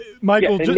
Michael